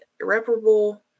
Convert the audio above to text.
irreparable